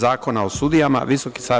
Zakona o sudijama VSS